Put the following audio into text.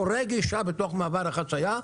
הורג אישה בתוך מעבר החצייה,